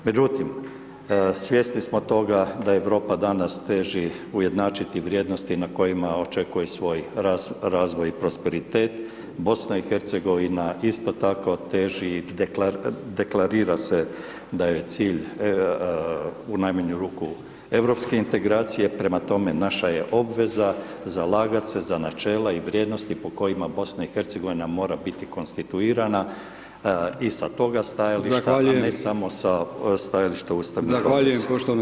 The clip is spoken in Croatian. Međutim, svjesni smo toga da Europa danas teži ujednačiti vrijednosti na kojima očekuje svoj razvoj i prosperitet, BiH isto tako teži, deklarira se da joj je cilj, u najmanju ruku europske integracije, prema tome, naša je obveza zalagati se za načela i vrijednosti po kojima BiH mora biti konstituirana i sa toga stajališta [[Upadica: Zahvaljujem]] a ne samo sa stajališta Ustavne